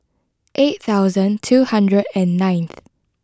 eight thousand two hundred and ninth